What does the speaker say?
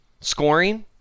scoring